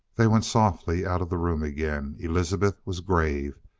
they went softly out of the room again. elizabeth was grave.